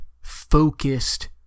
focused